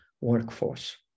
workforce